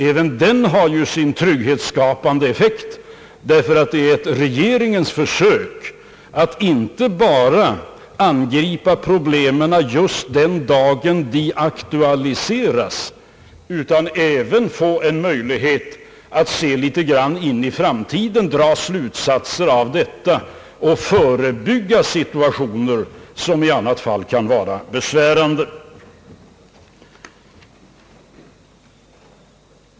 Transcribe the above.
Även den har ju en trygghetsska pande effekt. Det rör sig nämligen här om ett försök av regeringen att inte bara angripa problemen just den dag de aktualiseras utan även att få en möjlighet att se litet in i framtiden, dra slutsatser av utvecklingen och förebygga situationer som i annat fall kan bli besvärande.